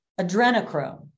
adrenochrome